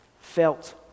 felt